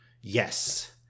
Yes